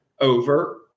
over